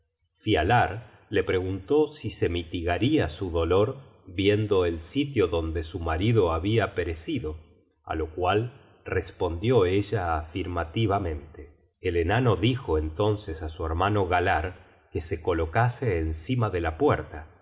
bien alto fialar la preguntó si se mitigaria su dolor viendo el sitio donde su marido habia perecido á lo cual respondió ella afirmativamente el enano dijo entonces á su hermano galar que se colocase encima de la puerta